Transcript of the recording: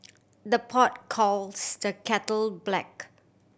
the pot calls the kettle black